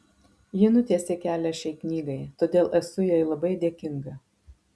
ji nutiesė kelią šiai knygai todėl esu jai labai dėkinga